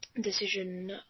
decision